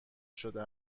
شده